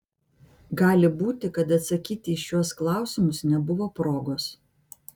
gali būti kad atsakyti į šiuos klausimus nebuvo progos